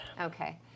Okay